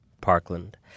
Parkland